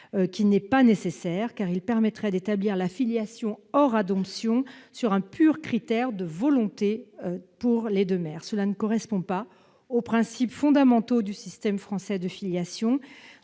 qui n'est pas nécessaire. Il permettrait en effet d'établir la filiation, hors adoption, sur un pur critère de volonté de la part des deux mères, ce qui ne correspond pas aux principes fondamentaux du système français de filiation.